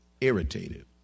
irritated